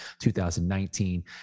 2019